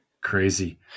Crazy